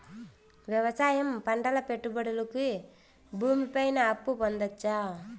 వ్యవసాయం పంటల పెట్టుబడులు కి భూమి పైన అప్పు పొందొచ్చా?